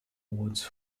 awards